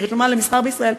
היא רשומה למסחר בישראל,